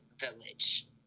village